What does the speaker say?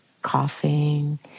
coughing